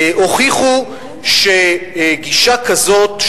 הוכיחו שגישה כזאת,